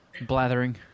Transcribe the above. blathering